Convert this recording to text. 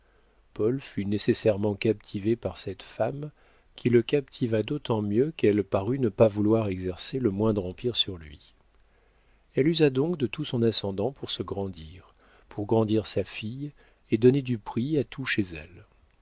paul fut nécessairement captivé par cette femme qui le captiva d'autant mieux qu'elle parut ne pas vouloir exercer le moindre empire sur lui elle usa donc de tout son ascendant pour se grandir pour grandir sa fille et donner du prix à tout chez elle